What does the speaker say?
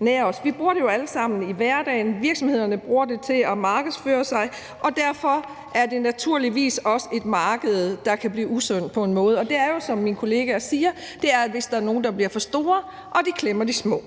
nær os. Vi bruger det jo alle sammen i hverdagen, og virksomhederne bruger det til at markedsføre sig, og derfor er det naturligvis også et marked, der på en måde kan blive usundt, og det er noget, der, som mine kollegaer siger, kan ske, hvis der er nogle, der bliver for store og klemmer de små.